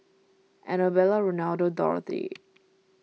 Annabella Ronaldo Dorothy